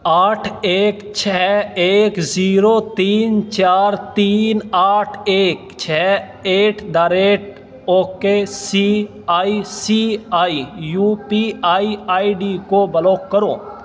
آٹھ ایک چھ ایک زیرو تین چار تین آٹھ ایک چھ at the rate okay C I C I U P I I D کو بلوک کرو